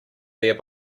there